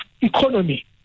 economy